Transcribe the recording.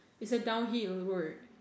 is the down Hip a word